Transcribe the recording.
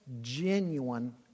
genuine